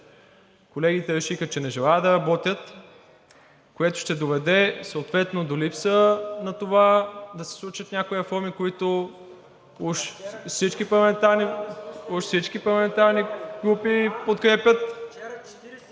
Колегите решиха, че не желаят да работят, което ще доведе съответно до липса на това да се случат някои реформи, които уж всички парламентарни групи подкрепят.